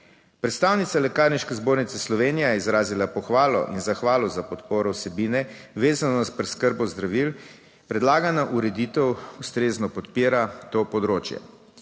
Predstavnica Lekarniške zbornice Slovenije je izrazila pohvalo in zahvalo za podporo vsebine, vezano na preskrbo zdravil. Predlagana ureditev ustrezno podpira to področje.